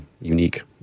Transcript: unique